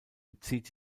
bezieht